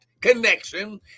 connection